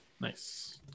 Nice